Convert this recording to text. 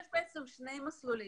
יש שני מסלולים: